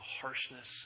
harshness